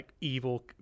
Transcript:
evil